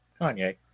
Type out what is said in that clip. Kanye